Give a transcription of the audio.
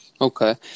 Okay